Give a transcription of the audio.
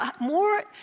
more